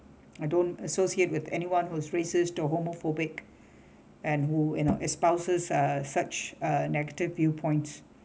I don't associate with anyone who's racist to homophobic and who you know espouses uh such a negative viewpoints